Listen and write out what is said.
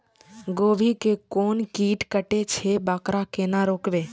गोभी के कोन कीट कटे छे वकरा केना रोकबे?